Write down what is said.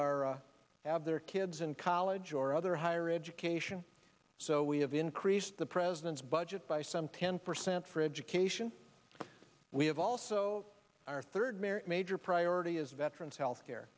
are have their kids in college or other higher education so we have increased the president's budget by some ten percent for education we have also our third marriage major priority is veterans health care